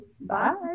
Bye